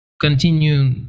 continue